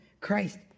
Christ